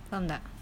faham tak